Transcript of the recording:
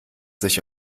sich